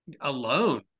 alone